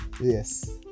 Yes